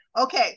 okay